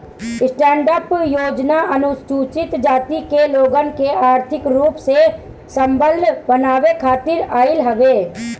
stand up योजना अनुसूचित जाति के लोगन के आर्थिक रूप से संबल बनावे खातिर आईल हवे